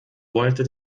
wollte